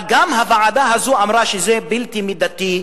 אבל גם הוועדה הזו אמרה שזה בלתי מידתי,